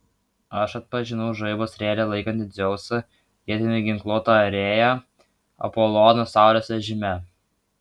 aš atpažinau žaibo strėlę laikantį dzeusą ietimi ginkluotą arėją apoloną saulės vežime